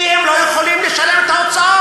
כי הם לא יכולים לשלם את ההוצאות.